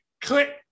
Click